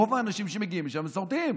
רוב האנשים שמגיעים לשם הם מסורתיים.